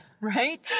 right